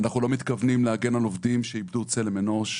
אנחנו לא מתכוונים להגן על עובדים שאיבדו צלם אנוש.